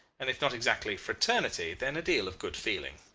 and if not exactly fraternity, then a deal of good feeling.